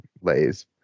lays